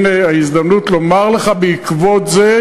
הנה ההזדמנות לומר לך בעקבות זה,